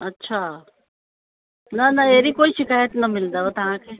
अच्छा न न अहिड़ी कोई शिकायतु न मिलंदव तव्हांखे